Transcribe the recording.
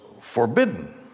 forbidden